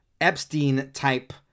Epstein-type